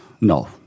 no